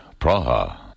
Praha